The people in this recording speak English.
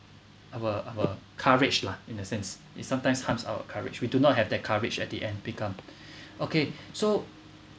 our our courage lah in a sense it's sometimes harms our courage we do not have that courage at the end become okay so